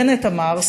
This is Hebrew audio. בנט אמר,